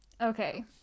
okay